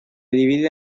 dividida